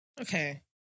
Okay